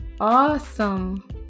awesome